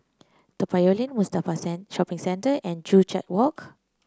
Toa Payoh Lane Mustafa Shopping Centre and Joo Chiat Walk